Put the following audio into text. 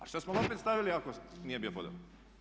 A što smo ga opet stavili ako nije bio podoban?